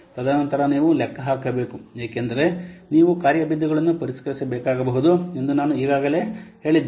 ತದನಂತರ ನೀವು ಲೆಕ್ಕ ಹಾಕಬೇಕು ಏಕೆಂದರೆ ನೀವು ಕಾರ್ಯ ಬಿಂದುಗಳನ್ನು ಪರಿಷ್ಕರಿಸಬೇಕಾಗಬಹುದು ಎಂದು ನಾನು ಈಗಾಗಲೇ ಹೇಳಿದ್ದೇನೆ